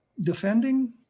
defending